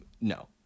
no